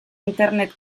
internet